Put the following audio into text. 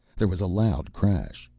there was a loud crash.